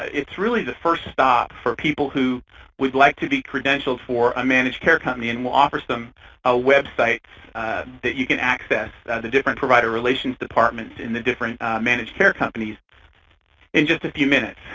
it's really the first stop for people who would like to be credentialed for a managed care company and we'll offer so um a website that you can access, the different provider relations departments in the different managed care companies in just a few minutes.